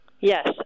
Yes